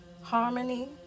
Harmony